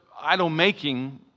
idol-making